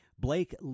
Blake